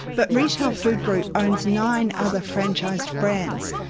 but retail food group owns nine other franchised brands.